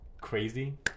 crazy